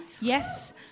Yes